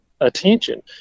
attention